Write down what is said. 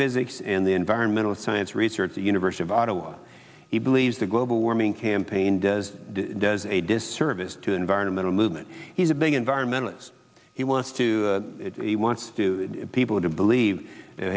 physics in the environmental science research university of ottawa he believes the global warming campaign does does a disservice to the environmental movement he's a big environmentalist he wants to he wants to people to believe th